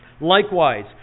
Likewise